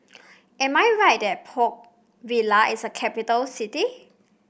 am I right that Port Vila is a capital city